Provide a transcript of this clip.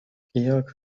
georg